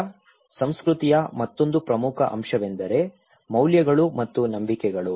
ಈಗ ಸಂಸ್ಕೃತಿಯ ಮತ್ತೊಂದು ಪ್ರಮುಖ ಅಂಶವೆಂದರೆ ಮೌಲ್ಯಗಳು ಮತ್ತು ನಂಬಿಕೆಗಳು